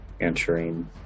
entering